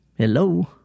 Hello